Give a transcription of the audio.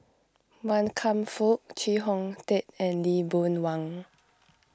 Wan Kam Fook Chee Hong Tat and Lee Boon Wang